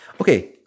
Okay